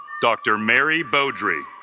dr. mary beaudry